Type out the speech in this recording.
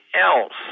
else